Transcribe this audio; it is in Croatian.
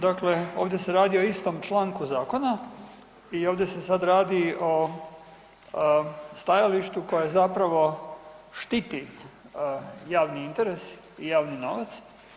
Dakle, ovdje se radi o istom članku zakona i ovdje se sad radi o stajalištu koje zapravo štiti javni interes i javni novac.